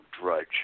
drudge